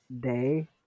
day